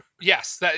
Yes